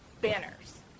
banners